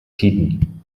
tiden